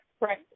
right